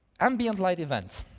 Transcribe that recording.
ambient light event.